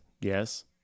yes